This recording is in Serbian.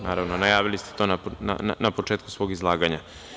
Naravno, najavili ste to na početku svog izlaganja.